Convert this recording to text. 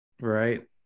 right